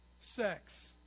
sex